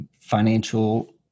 financial